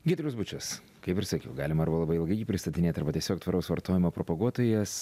giedrius bučas kaip ir sakiau galima arba labai ilgai jį pristatinėt arba tiesiog tvaraus vartojimo propaguotojas